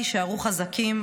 תישארו חזקים.